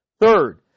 Third